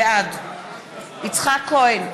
בעד יצחק כהן,